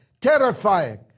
terrifying